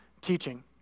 teaching